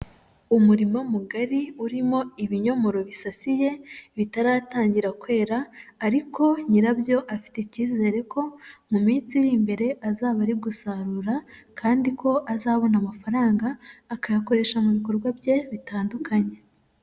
Umurima mugari urimo ibinyomoro bisasiye bitaratangira kwera ariko nyirabyo afite icyizere ko mu minsi iri imbere azaba ari gusarura kandi ko azabona amafaranga, akayakoresha mu bikorwa bye bitandukanye.